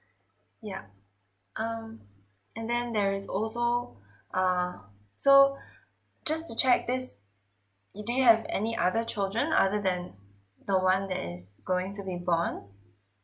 yeah um and then there is also err so just to check this it do you have any other children other than the one that is going to be born